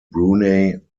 brunei